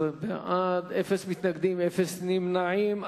16 בעד, אפס מתנגדים, אפס נמנעים.